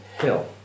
Hill